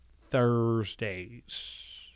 Thursdays